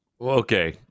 Okay